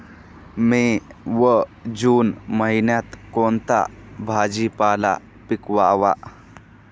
मे व जून महिन्यात कोणता भाजीपाला पिकवावा?